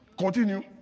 continue